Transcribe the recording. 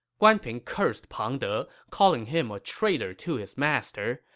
guan ping cursed pang de, calling him a traitor to his master.